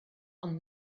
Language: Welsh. ond